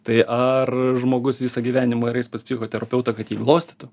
tai ar žmogus visą gyvenimą ir eis pas psichoterapeutą kad jį glostytų